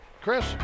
Chris